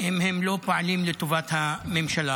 אם הם לא פועלים לטובת הממשלה?